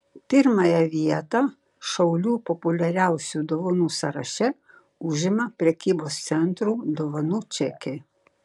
pirmąją vietą šaulių populiariausių dovanų sąraše užima prekybos centrų dovanų čekiai